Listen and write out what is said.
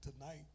tonight